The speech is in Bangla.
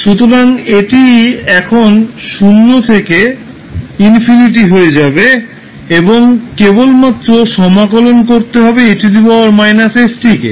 সুতরাং এটি এখন 0 থেকে ∞ হয়ে যাবে এবং কেবলমাত্র সমাকলন করতে হবে 𝑒−𝑠𝑡 কে